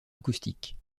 acoustique